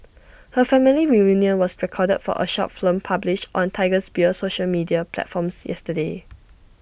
her family reunion was recorded for A short film published on Tiger Beer's social media platforms yesterday